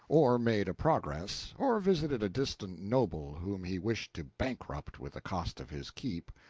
or made a progress, or visited a distant noble whom he wished to bankrupt with the cost of his keep,